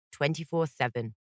24-7